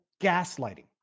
gaslighting